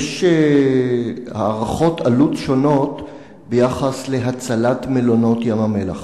יש הערכות עלות שונות ביחס להצלת מלונות ים-המלח.